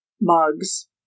mugs